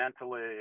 mentally